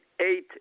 eight